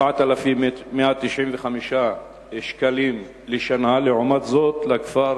4,195 שקלים לשנה, ולעומת זאת לכפר